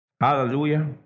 Hallelujah